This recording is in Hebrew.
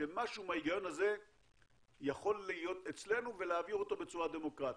שמשהו מההיגיון הזה יכול להיות אצלנו ולהעביר אותו בצורה דמוקרטית.